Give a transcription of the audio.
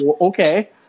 okay